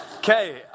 Okay